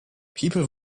people